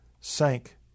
sank